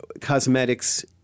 cosmetics